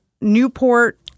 Newport